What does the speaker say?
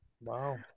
Wow